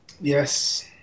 yes